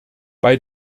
bei